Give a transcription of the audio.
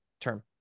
term